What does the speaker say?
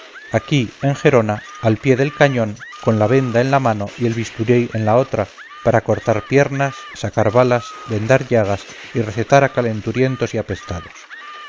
aquí en gerona al pie del cañón con la venda en una mano y el bisturí en la otra para cortar piernas sacar balas vendar llagas y recetar a calenturientos y apestados